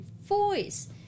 voice